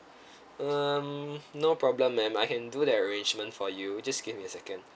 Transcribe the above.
um no problem ma'am I can do that arrangement for you just give me a second